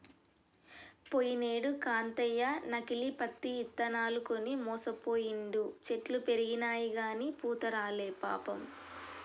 పోయినేడు కాంతయ్య నకిలీ పత్తి ఇత్తనాలు కొని మోసపోయిండు, చెట్లు పెరిగినయిగని పూత రాలే పాపం